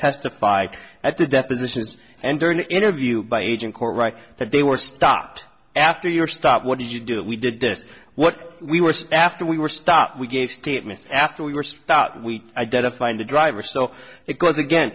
testify at the depositions and during the interview by age in court right that they were stopped after your stop what did you do we did this what we were after we were stopped we gave statements after we were stopped we identified the driver so it goes again